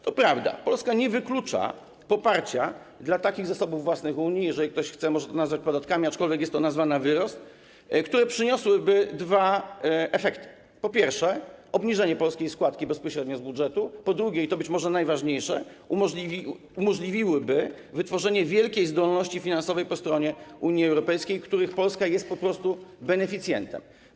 To prawda, Polska nie wyklucza poparcia dla zasobów własnych Unii - jeżeli ktoś chce, to może to nazwać podatkami, aczkolwiek to jest nazwa na wyrost - które przyniosłyby dwa efekty: po pierwsze, obniżenie polskiej składki bezpośrednio z budżetu, po drugie, i to być może najważniejsze, wytworzenie wielkiej zdolności finansowej po stronie Unii Europejskiej, której Polska jest po prostu beneficjentem.